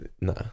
Nah